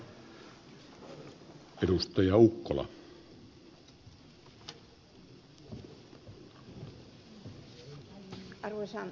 arvoisa puhemies